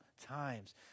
times